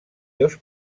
dos